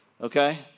Okay